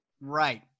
Right